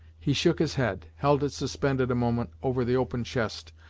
he shook his head, held it suspended a moment over the open chest,